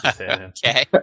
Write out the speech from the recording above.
Okay